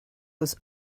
was